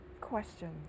questions